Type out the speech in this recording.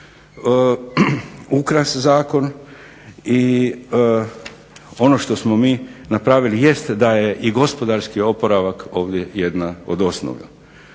ukras zakon i ono što smo mi napravili jest da je i gospodarski oporavak ovdje jedna od osnova,